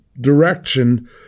direction